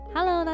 Hello